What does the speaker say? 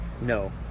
no